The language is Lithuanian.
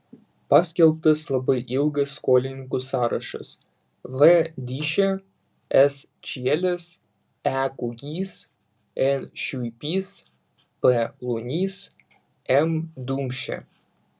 paskelbtas labai ilgas skolininkų sąrašas v dyšė s čielis e kugys n šiuipys p lunys m dumšė